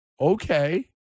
okay